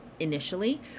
initially